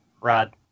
Rod